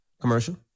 commercial